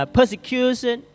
Persecution